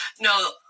no